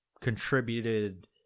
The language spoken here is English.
contributed